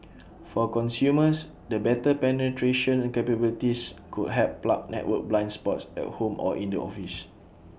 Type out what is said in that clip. for consumers the better penetration capabilities could help plug network blind spots at home or in the office